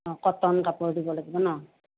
অঁ কটন কাপোৰ দিব লাগিব ন'